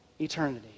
eternity